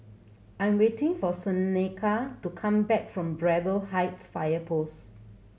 I'm waiting for Seneca to come back from Braddell Heights Fire Post